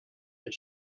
but